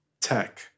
tech